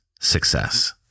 success